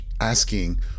asking